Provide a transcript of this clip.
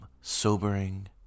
sobering